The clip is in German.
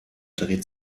dreht